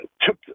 took